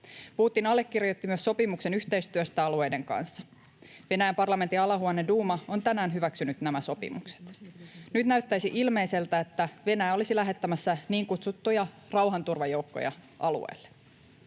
Putin allekirjoitti myös sopimuksen yhteistyöstä alueiden kanssa. Venäjän parlamentin alahuone duuma on tänään hyväksynyt nämä sopimukset. Nyt näyttäisi ilmeiseltä, että Venäjä olisi lähettämässä niin kutsuttuja rauhanturvajoukkoja alueelle.